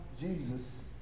Jesus